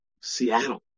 Seattle